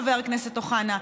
חבר הכנסת אוחנה.